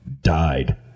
died